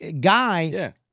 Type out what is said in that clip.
guy